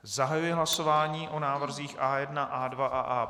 Zahajuji hlasování o návrzích A1, A2 a A5.